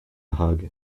hug